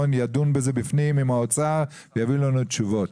ידון בזה בפנים עם האוצר ויביאו לנו תשובות.